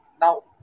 now